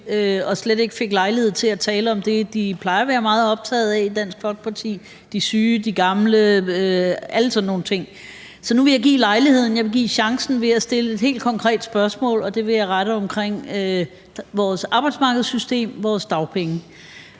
og slet ikke fik lejlighed til at tale om det, man plejer at være meget optaget i Dansk Folkeparti: de syge, de gamle og alle sådan nogle ting. Så nu vil jeg give dem chancen ved at stille et helt konkret spørgsmål, og det vil dreje sig omkring vores arbejdsmarkedssystem, vores dagpenge.